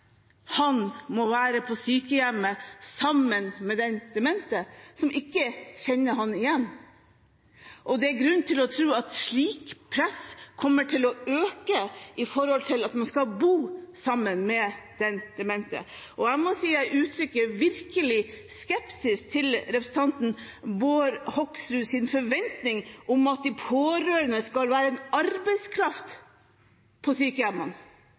han må være på sykehjemmet sammen med den demente, som ikke kjenner ham igjen. Det er grunn til å tro at et slikt press, at man skal bo sammen med den demente, kommer til å øke. Og jeg vil uttrykke virkelig skepsis til representanten Bård Hoksruds forventning om at de pårørende skal være en arbeidskraft på sykehjemmene.